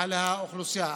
על האוכלוסייה.